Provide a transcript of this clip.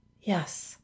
Yes